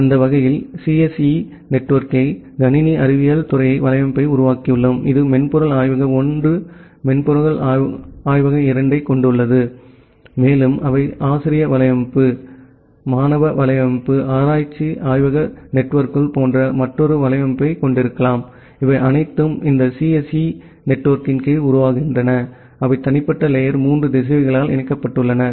எனவே அந்த வகையில் சிஎஸ்இ நெட்வொர்க்கை கணினி அறிவியல் துறை வலையமைப்பை உருவாக்கியுள்ளோம் இது மென்பொருள் ஆய்வக 1 மென்பொருள் ஆய்வக 2 ஐக் கொண்டுள்ளது மேலும் அவை ஆசிரிய வலையமைப்பு மாணவர் வலையமைப்பு ஆராய்ச்சி ஆய்வக நெட்வொர்க்குகள் போன்ற மற்றொரு வலையமைப்பைக் கொண்டிருக்கலாம் இவை அனைத்தும் இந்த சிஎஸ்இ நெட்வொர்க்கின் கீழ் உருவாகின்றன அவை தனிப்பட்ட லேயர் 3 திசைவிகளால் இணைக்கப்பட்டுள்ளன